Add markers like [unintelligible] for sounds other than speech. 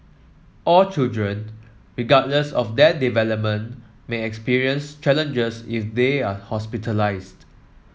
all children regardless of their development may [unintelligible] challenges if they are hospitalised